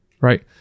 Right